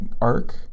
arc